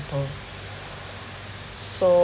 so